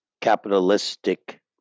capitalistic